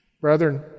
Brethren